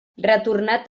retornat